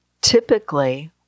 Typically